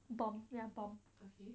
bomb ya bomb